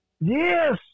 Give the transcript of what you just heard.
Yes